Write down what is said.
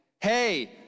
Hey